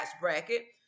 bracket